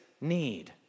need